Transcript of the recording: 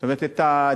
זאת אומרת את הדלתא,